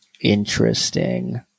interesting